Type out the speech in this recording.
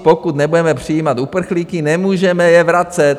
Pokud nebudeme přijímat uprchlíky, nemůžeme je vracet.